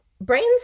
brains